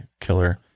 killer